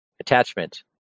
Attachment